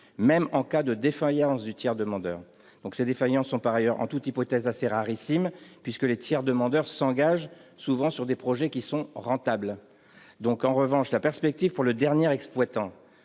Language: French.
même en cas de défaillance du tiers demandeur. Ces défaillances sont par ailleurs, en toute hypothèse, rarissimes puisque les tiers demandeurs s'engagent sur des projets rentables. En revanche, la perspective pour le dernier exploitant